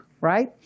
right